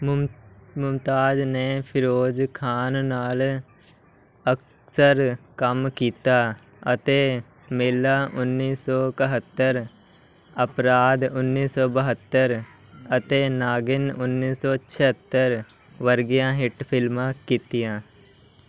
ਮੁਮ ਮੁਮਤਾਜ਼ ਨੇ ਫਿਰੋਜ਼ ਖਾਨ ਨਾਲ ਅਕਸਰ ਕੰਮ ਕੀਤਾ ਅਤੇ ਮੇਲਾ ਉੱਨੀ ਸੌ ਇਕਹੱਤਰ ਅਪਰਾਧ ਉੱਨੀ ਸੌ ਬਹੱਤਰ ਅਤੇ ਨਾਗਿਨ ਉੱਨੀ ਸੌ ਛਿਹੱਤਰ ਵਰਗੀਆਂ ਹਿੱਟ ਫ਼ਿਲਮਾਂ ਕੀਤੀਆਂ